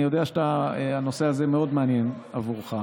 אני יודע שהנושא הזה מאוד מעניין עבורך,